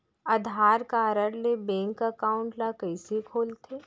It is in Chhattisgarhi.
आधार कारड ले बैंक एकाउंट ल कइसे खोलथे?